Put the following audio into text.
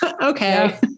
okay